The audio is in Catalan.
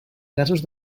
gasos